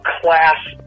class